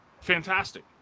fantastic